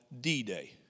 D-Day